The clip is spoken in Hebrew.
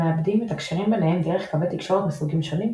המעבדים מתקשרים ביניהם דרך קווי תקשורת מסוגים שונים,